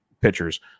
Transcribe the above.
pitchers